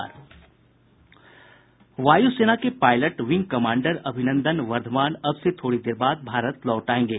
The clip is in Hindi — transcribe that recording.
वायु सेना के pilot wing commander Abhinandan Varthaman अब से थोड़ी देर बाद भारत लौट आएंगे